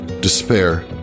despair